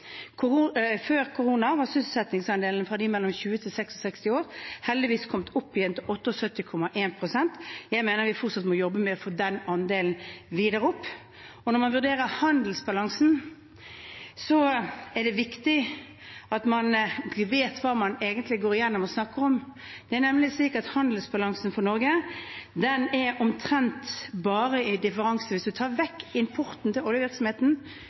Før korona var sysselsettingsandelen for dem mellom 20 år og 66 år heldigvis kommet opp igjen til 78,1 pst. Jeg mener vi fortsatt må jobbe med å få den andelen videre opp. Når man vurderer handelsbalansen, er det viktig at man vet hva man egentlig går gjennom og snakker om. Det er nemlig slik at ser man på differansen på handelsbalansen for Norge – hvis man tar vekk importen til oljevirksomheten,